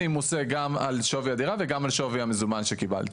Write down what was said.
יחול עליי מס גם על שווי הדירה וגם על שווי המזומן שקיבלתי.